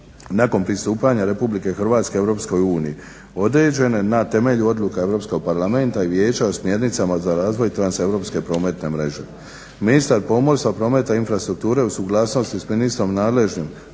na temelju odluka Europskog parlamenta i vijeća o smjernicama za razvoj transeuropske prometne mreže. Ministar pomorstva, prometa i infrastrukture u suglasnosti s ministrom nadležnim